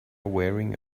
wearing